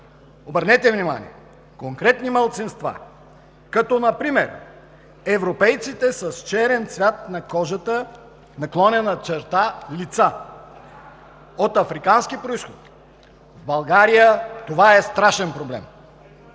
обърнете внимание – „конкретни малцинства, като например европейците с черен цвят на кожата/лица от африкански произход.“ В България това е страшен проблем!